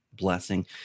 blessing